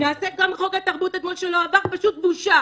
נעשה גם את חוק התרבות שלא עבר אתמול, פשוט בושה.